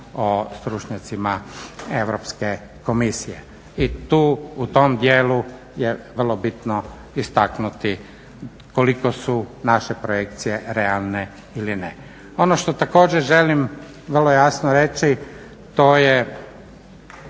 o stručnjacima Europske komisije. I tu u tom dijelu je vrlo bitno istaknuti koliko su naše projekcije realne ili ne. Ono što također želim vrlo jasno reći, to je